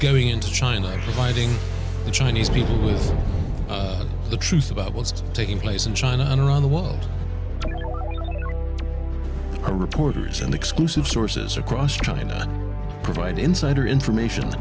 going into china fighting the chinese people is the truth about what's taking place in china and around the world are reporters and exclusive sources across china provide insider information